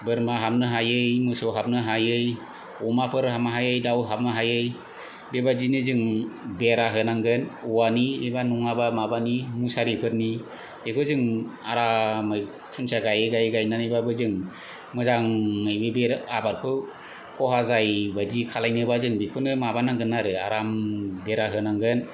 बोरमा हाबनो हायै मोसौ हाबनो हायै अमाफोर हाबनो हायै दाव हाबनो हायै बेबादिनो जों बेरा होनांगोन औवानि एबा माबानि मुसारिफोरनि बेखौ जों आरामै खुन्थिया गायै गायै गायनानैबाबो जों मोजाङै बेरा आबादखौ खहा जायि बायदि खालायनोबा जों बेखौनो माबा नांगोन आरो आराम बेरा होनांगोन